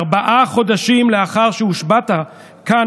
וארבעה חודשים לאחר שהושבעת כאן,